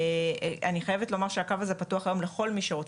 אני חייבת לומר שהקו הזה פתוח היום לכל מי שרוצה,